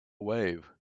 wave